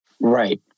Right